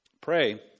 Pray